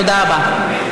תודה רבה.